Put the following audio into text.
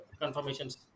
confirmations